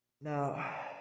Now